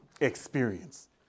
experience